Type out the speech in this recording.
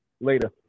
Later